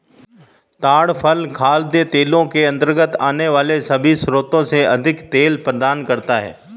ताड़ फल खाद्य तेलों के अंतर्गत आने वाले सभी स्रोतों से अधिक तेल प्रदान करता है